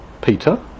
Peter